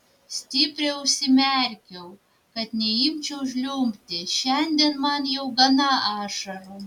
stipriai užsimerkiau kad neimčiau žliumbti šiandien man jau gana ašarų